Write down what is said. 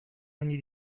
ogni